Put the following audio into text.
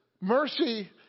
Mercy